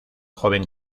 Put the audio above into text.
joven